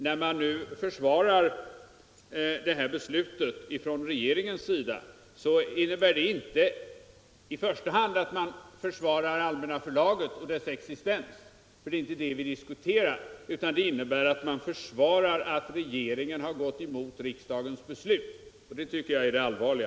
När man nu försvarar det här beslutet från regeringens sida innebär det inte i första hand att man försvarar Allmänna Förlaget och dess existens — det är inte det vi diskuterar — utan att man försvarar att regeringen har gått emot riksdagens beslut. Det tycker jag är det allvarliga.